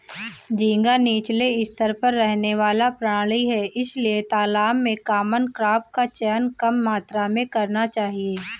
झींगा नीचले स्तर पर रहने वाला प्राणी है इसलिए तालाब में कॉमन क्रॉप का चयन कम मात्रा में करना चाहिए